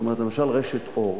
למשל, רשת "אורט"